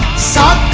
sir.